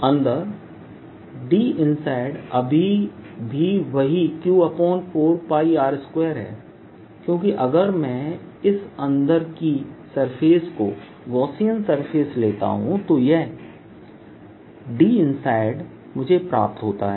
अंदर DInsde अभी भी वही Q4πr2 है क्योंकि अगर मैं इस अंदर की सरफेस को गॉसियन सरफेस लेता हूं तो यह DInsde मुझे प्राप्त होता है